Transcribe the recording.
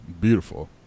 Beautiful